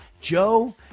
Joe